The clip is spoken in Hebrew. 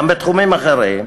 גם בתחומים אחרים.